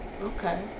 Okay